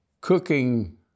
cooking